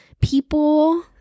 people